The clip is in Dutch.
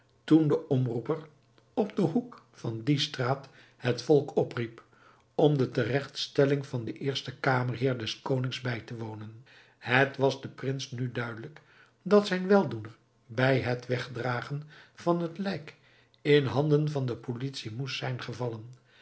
toen de omroeper op den hoek van die straat het volk opriep om de teregtstelling van den eersten kamerheer des konings bij te wonen het was den prins nu duidelijk dat zijn weldoener bij het wegdragen van het lijk in handen van de politie moest zijn gevallen